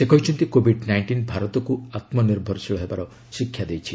ସେ କହିଛନ୍ତି Covid nineteen ଭାରତକୁ ଆମ୍ବନିର୍ଭରଶୀଳ ହେବାର ଶିକ୍ଷା ଦେଇଛି